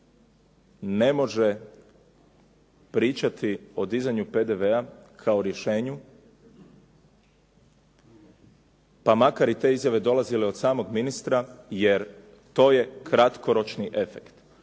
ne može pričati o dizanju PDV-a, kao rješenju pa makar i te izjave dolazile od samog ministra jer to je kratkoročni efekt.